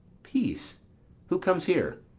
peace who comes here?